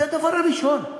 זה הדבר הראשון.